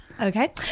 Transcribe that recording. Okay